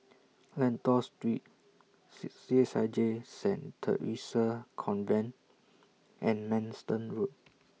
Lentor Street C H I J Saint Theresa's Convent and Manston Road